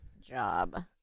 job